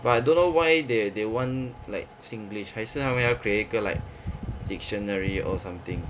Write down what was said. but I don't know why they they want like singlish 还是他们要 create 一个 like dictionary or something